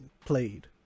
played